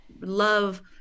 love